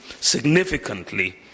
significantly